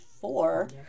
four